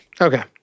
Okay